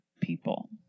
people